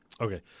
Okay